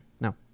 No